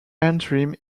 antrim